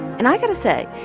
and i've got to say,